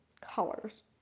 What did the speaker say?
colors